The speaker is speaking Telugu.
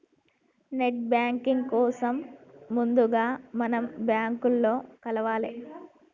నెట్ బ్యాంకింగ్ కోసం ముందుగా మనం బ్యాంకులో కలవాలే